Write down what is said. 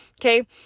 Okay